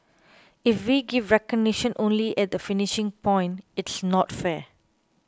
if we give recognition only at the finishing point it's not fair